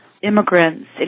Immigrants